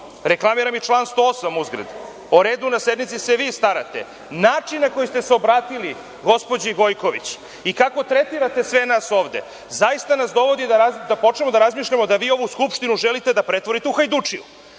reklamiram i član 108, uzgred, o redu na sednici se vi starate, način na koji ste se obratili gospođi Gojković i kako tretirate sve nas ovde zaista nas dovodi da počnemo da razmišljamo da vi ovu Skupštinu želite da pretvorite u hajdučiju.